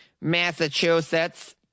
Massachusetts